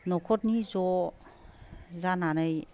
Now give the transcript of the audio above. न'खरनि ज' जानानै